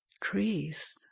trees